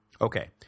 Okay